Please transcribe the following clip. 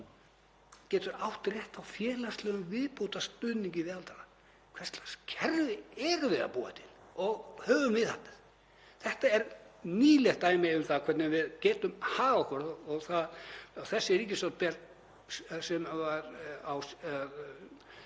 Getur átt rétt á félagslegum viðbótarstuðningi við aldraða. Hvers lags kerfi erum við að búa til og höfum viðhaldið? Þetta er nýlegt dæmi um það hvernig við getum hagað okkur og þessi ríkisstjórn ber —